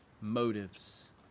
motives